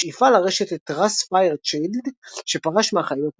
בשאיפה לרשת את ראס פיירצ'ילד שפרש מהחיים הפוליטיים.